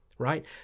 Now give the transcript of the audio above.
Right